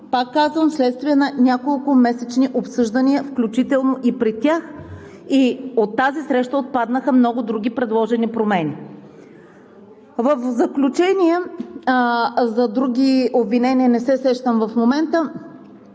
пак казвам, вследствие на неколкомесечни обсъждания, включително и при тях, и от тази среща отпаднаха много други предложени промени. В заключение, за други обвинения не се сещам в момента,